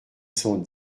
cent